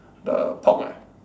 the pork ah